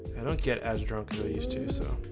i don't get as drunk used to so